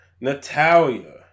Natalia